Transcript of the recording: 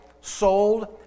sold